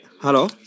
Hello